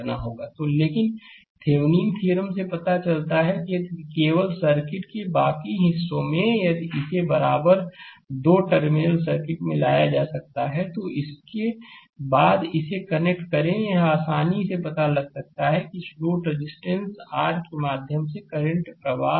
तो लेकिन Thevenin theorem से पता चलता है कि यदि केवल सर्किट के बाकी हिस्सों में यदि इसे बराबर दो टर्मिनल सर्किट में लाया जा सकता है तो इसके बाद इसे कनेक्ट करें यह आसानी से पता लगा सकता है कि इस लोड रेजिस्टेंस r के माध्यम से करंट प्रवाह क्या है